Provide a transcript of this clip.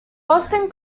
boston